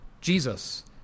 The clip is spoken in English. Jesus